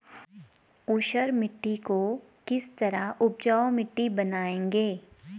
ऊसर मिट्टी को किस तरह उपजाऊ मिट्टी बनाएंगे?